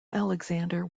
alexander